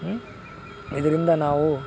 ಊಂ ಇದರಿಂದ ನಾವು